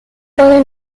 puede